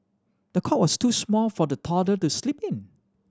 the cot was too small for the toddler to sleep in